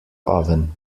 oven